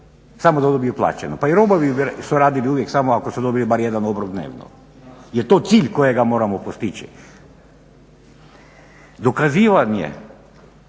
samo da dobiju plaćeno, pa i robovi su radili uvijek samo ako su dobili bar jedan obrok dnevno. Jel to cilj kojega moramo postići? Dokazivanje